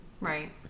Right